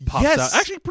Yes